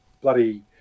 bloody